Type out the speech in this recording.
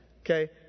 Okay